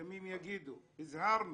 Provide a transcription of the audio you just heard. ימים יגידו, הזהרנו.